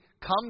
come